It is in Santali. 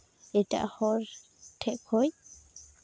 ᱮᱴᱟᱜ ᱦᱚᱲ ᱴᱷᱮᱡ ᱠᱷᱚᱡ